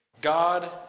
God